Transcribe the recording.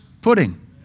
pudding